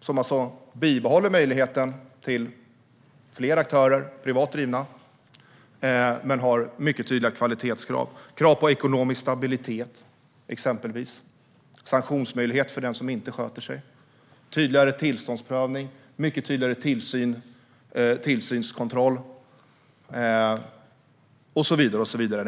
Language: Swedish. som kommer att bibehålla möjligheten till fler aktörer, även privat drivna, men har mycket tydliga kvalitetskrav, exempelvis krav på ekonomisk stabilitet, sanktionsmöjligheter mot dem som inte sköter sig, tydligare tillståndsprövning, mycket tydligare tillsyn, tillsynskontroll och så vidare.